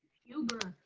huber.